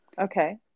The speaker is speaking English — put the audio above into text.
okay